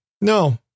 no